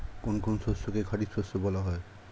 কোন কোন শস্যকে খারিফ শস্য বলা হয়?